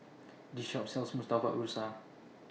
This Shop sells Murtabak Rusa